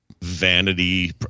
Vanity